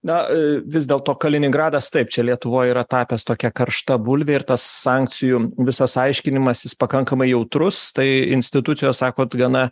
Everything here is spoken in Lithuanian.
na vis dėl to kaliningradas taip čia lietuvoj yra tapęs tokia karšta bulvė ir tas sankcijų visas aiškinimasis pakankamai jautrus tai institucijos sakot gana